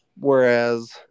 whereas